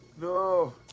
No